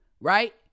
Right